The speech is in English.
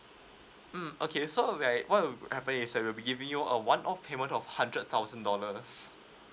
mm okay so right what will happen is that we'll be giving you a one off payment of hundred thousand dollars